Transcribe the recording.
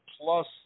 plus –